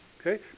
okay